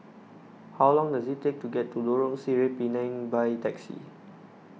how long does it take to get to Lorong Sireh Pinang by taxi